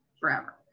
forever